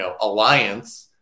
alliance